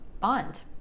bond